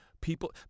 people